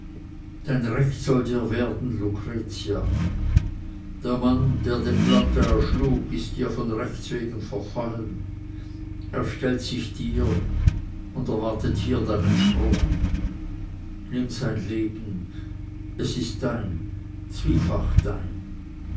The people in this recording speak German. dein recht soll dir werden lucretia der mann der den planta erschlug ist dir von rechts wegen verfallen er stellt sich dir und erwartet hier deinen spruch nimm sein leben es ist dein zwiefach dein